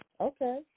Okay